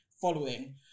following